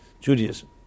Judaism